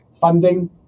funding